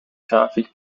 grafik